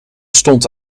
stond